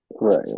Right